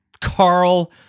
carl